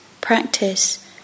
practice